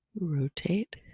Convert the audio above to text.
rotate